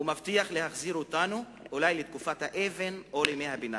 הוא מבטיח להחזיר אותנו אולי לתקופת האבן או לימי-הביניים.